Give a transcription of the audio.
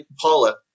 Paula